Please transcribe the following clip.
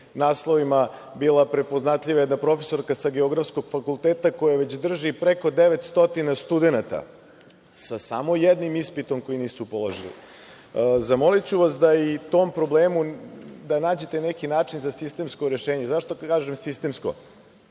naslovima bila prepoznatljiva jedna profesorka sa Geografskog fakulteta koja već drži preko 900 studenata sa samo jednim ispitom koji nisu položili. Zamoliću vas da i tom problemu nađete neki način za sistemsko rešenje. Zašto kažem sistemsko?